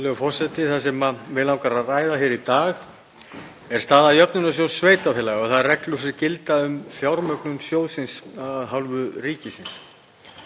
forseti. Það sem mig langar að ræða hér í dag er staða Jöfnunarsjóðs sveitarfélaga og þær reglur sem gilda um fjármögnun sjóðsins af hálfu ríkisins.